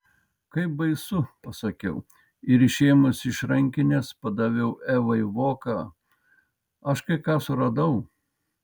kaip baisu pasakiau ir išėmusi iš rankinės padaviau evai voką aš kai ką suradau